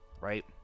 right